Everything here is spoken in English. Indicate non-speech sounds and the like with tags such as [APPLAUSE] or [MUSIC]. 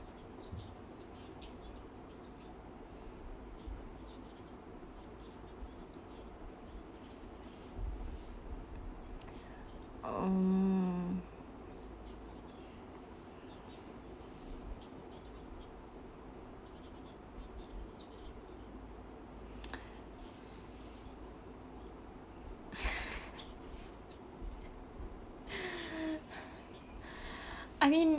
oh [LAUGHS] I mean